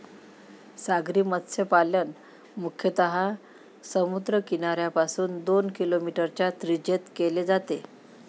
सागरी मत्स्यपालन मुख्यतः समुद्र किनाऱ्यापासून दोन किलोमीटरच्या त्रिज्येत केले जाते